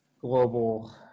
global